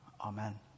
Amen